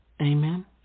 Amen